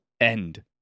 end